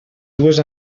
dues